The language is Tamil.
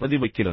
பிரதிபலிக்கின்றன